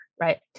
right